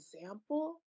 example